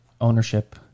ownership